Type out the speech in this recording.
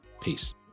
Peace